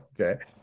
Okay